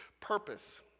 purpose